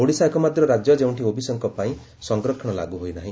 ଓଡିଶା ଏକମାତ୍ର ରାଜ୍ୟ ଯେଉଁଠି ଓବିସିଙ୍କ ପାଇଁ ସଂରକ୍ଷଣ ଲାଗୁ ହୋଇନି